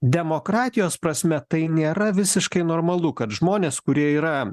demokratijos prasme tai nėra visiškai normalu kad žmonės kurie yra